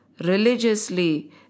Religiously